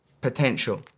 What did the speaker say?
potential